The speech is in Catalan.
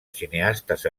cineastes